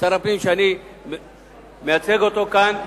שר הפנים שאני מייצג אותו כאן,